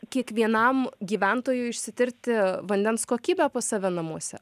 kiekvienam gyventojui išsitirti vandens kokybę pas save namuose